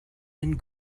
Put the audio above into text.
and